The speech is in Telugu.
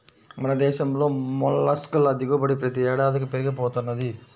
మన దేశంలో మొల్లస్క్ ల దిగుబడి ప్రతి ఏడాదికీ పెరిగి పోతున్నది